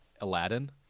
Aladdin